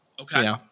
Okay